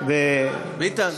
ביטן, ביטן.